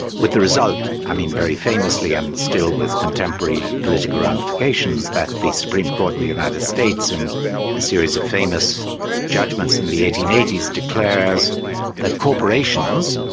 with the result, i mean, very famously and still with contemporary political ramifications, that the supreme court in the united states in a series of famous judgments in the eighteen eighty s, declares that corporations,